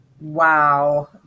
Wow